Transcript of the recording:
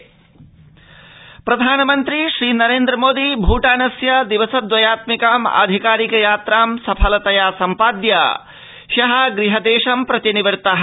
प्रधानमन्त्री भूटानम् प्रधानमन्त्री श्रीनरेन्द्र मोदी भूटानस्य दिवस द्वयात्मिकाम् आधिकारिक यात्रां सफलतया सम्पाद्य ह्यो गृहदेशं प्रति निवृत्तः